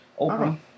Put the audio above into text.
Oprah